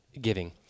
giving